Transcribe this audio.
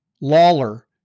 Lawler